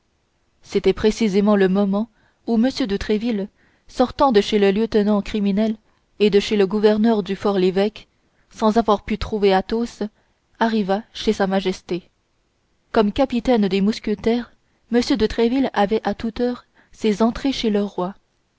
c'était précisément le moment où m de tréville sortant de chez le lieutenant criminel et de chez le gouverneur du for lévêque sans avoir pu trouver athos arriva chez sa majesté comme capitaine des mousquetaires m de tréville avait à toute heure ses entrées chez le roi